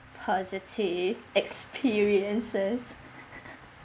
positive experiences